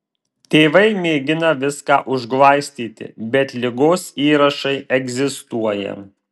tėvai mėgino viską užglaistyti bet ligos įrašai egzistuoja